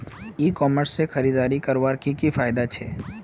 ई commerce से खरीदारी करवार की की फायदा छे?